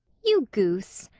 you goose!